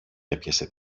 έπιασε